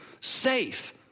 safe